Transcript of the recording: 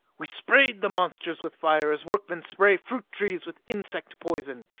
we sprayed the monsters with fire as workmen spray fruit trees with insect poison.